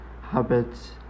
habits